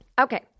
Okay